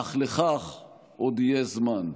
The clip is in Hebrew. אך לכך עוד יהיה זמן.